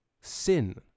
sin